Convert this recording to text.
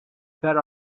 that